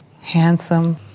Handsome